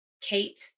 Kate